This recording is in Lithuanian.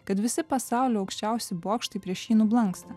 kad visi pasaulio aukščiausi bokštai prieš jį nublanksta